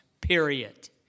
period